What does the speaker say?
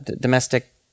domestic